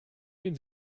den